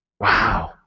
Wow